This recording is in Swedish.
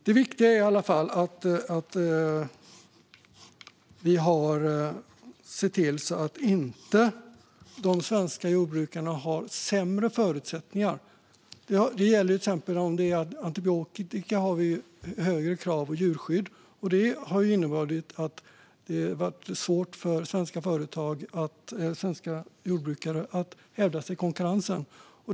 Det viktiga är att vi ser till så att inte de svenska jordbrukarna har sämre förutsättningar. När det till exempel gäller antibiotika har vi högre krav i djurskyddet, och det har inneburit att det har varit svårt för svenska jordbrukare att hävda sig i konkurrensen.